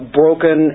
broken